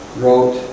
wrote